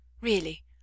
Really